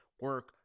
Work